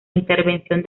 intervención